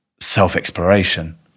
self-exploration